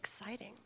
exciting